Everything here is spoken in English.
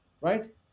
right